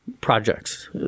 projects